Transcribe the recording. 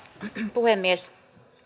puhemies